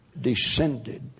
descended